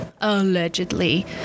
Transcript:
allegedly